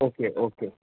okay okay